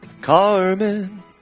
Carmen